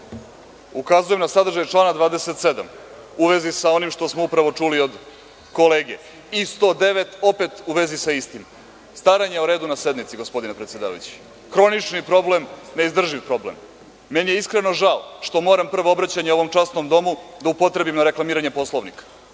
ukazujem na sadržaj člana 27. u vezi sa onim što smo upravo čuli od kolege, i 109. opet u vezi sa istim, staranje o redu na sednici, gospodine predsedavajući, hronični problem, neizdrživ problem. Meni je iskreno žao što moram prvo obraćanje ovom časnom domu da upotrebim na reklamiranje Poslovnika,